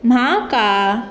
म्हाका